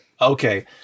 okay